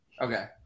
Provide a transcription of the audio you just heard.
Okay